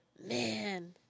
man